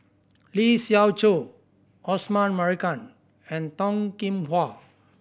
Lee Siew Choh Osman Merican and Toh Kim Hwa